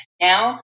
Now